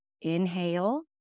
inhale